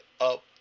up